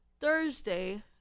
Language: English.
Thursday